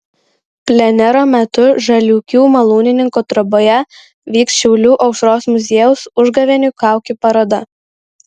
plenero metu žaliūkių malūnininko troboje veiks šiaulių aušros muziejaus užgavėnių kaukių paroda